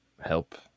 help